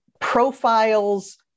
profiles